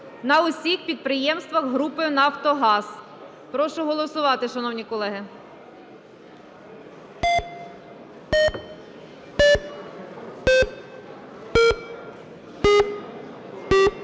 на усіх підприємствах Групи "Нафтогаз". Прошу голосувати, шановні колеги.